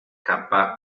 capa